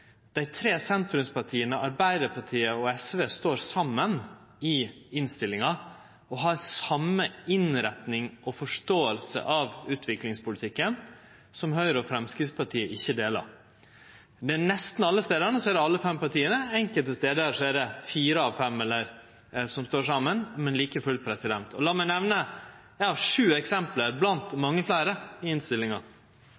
dei tre sentrumspartia, Arbeidarpartiet og SV står saman og har same innretninga og forståinga av utviklingspolitikken – som Høgre og Framstegspartiet ikkje deler. Nesten alle stader er det alle partia. Enkelte stader er det fire av fem som står saman, men like fullt. Lat meg nemne sju eksempel blant